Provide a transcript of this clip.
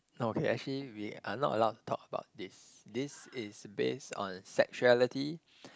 no okay actually we are not allowed to talk about this this is based on sexuality